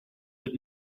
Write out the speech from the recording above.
but